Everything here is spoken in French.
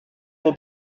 vos